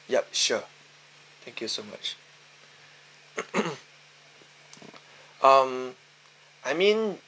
yup sure thank you so much um I mean